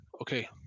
Okay